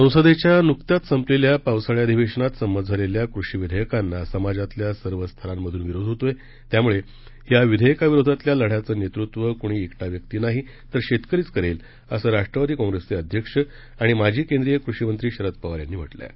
संसदेच्या नुकत्याच संपलेल्या पावसाळी अधिवेशनात संमत झालेल्या कृषी विधेयकांना समाजातल्या सर्वच थरांतून विरोध होत आहे त्यामुळे या विधेयकाविरोधातल्या लढ्याचं नेतृत्व कोणी क्रिटा व्यक्ती नाही तर शेतकरीच करेल असं राष्ट्रवादी काँप्रेसचे अध्यक्ष आणि माजी केंद्रीय कृषीमंत्री शरद पवार यांनी म्हटलं आहे